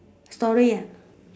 story